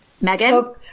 Megan